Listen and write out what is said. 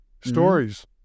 stories